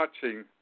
touching